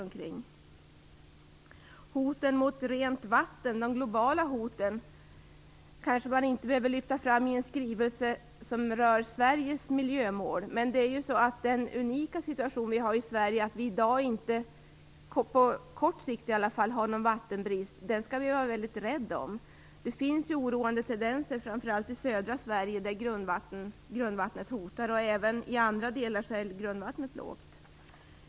De globala hoten mot det rena vattnet är kanske inte någonting som man behöver lyfta fram i en skrivelse som rör Sveriges miljömål. Men den unika situation som vi har i Sverige, alltså att vi åtminstone på kort sikt inte har någon vattenbrist, skall vi vara rädda om. Det finns oroande tendenser till att grundvattnet är hotat - framför allt i södra Sverige. Också i andra delar av landet är grundvattnet lågt.